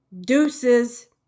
deuces